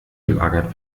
gelagert